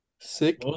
Six